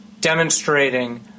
demonstrating